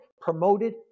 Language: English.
promoted